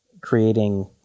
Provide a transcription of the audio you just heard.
creating